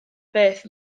beth